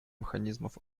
механизмов